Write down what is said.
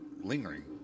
lingering